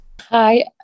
Hi